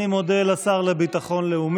מי שתוקף נשים,